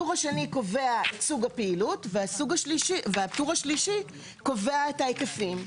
הטור השני קובע את סוג הפעילות והטור השלישי קובע את ההיקפים.